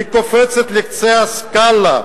היא קופצת לקצה הסקאלה.